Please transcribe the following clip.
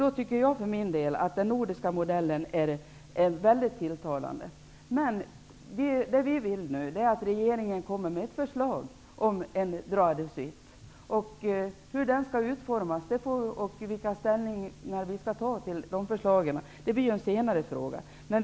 Jag tycker för min del att den nordiska modellen är tilltalande. Vi vill att regeringen kommer med ett förslag om droit de suite. Hur den skall utformas och hur vi skall ställa oss till förslaget blir en senare fråga.